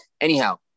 Anyhow